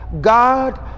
God